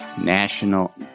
National